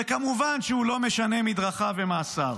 וכמובן שהוא לא משנה מדרכיו ומעשיו.